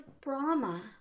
Brahma